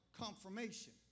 confirmation